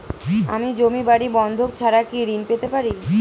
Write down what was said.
আমি জমি বাড়ি বন্ধক ছাড়া কি ঋণ পেতে পারি?